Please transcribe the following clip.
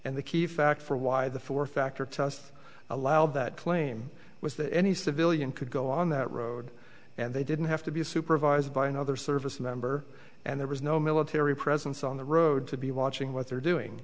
and the key fact for why the fourth factor test allowed that claim was that any civilian could go on that road and they didn't have to be supervised by another service member and there was no military presence on the road to be watching what they're doing